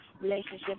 relationship